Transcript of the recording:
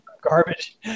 garbage